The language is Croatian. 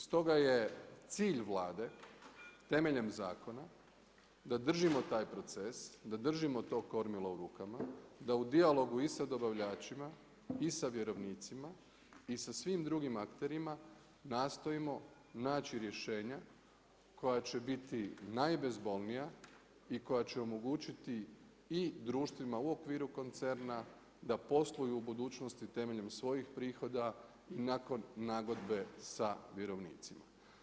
Stoga je cilj Vlade, temeljem zakona da držimo taj proces, da držimo to kormilo u rukama, da u dijalogu i sa dobavljačima i sa vjerovnicima i sa svim drugim akterima nastojimo naći rješenja koja će biti najbezbolnija i koja će omogućiti i društvima u okviru koncerna da posluju u budućnosti temeljnih svojih prihoda i nakon nagodbe sa vjerovnicima.